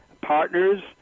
partners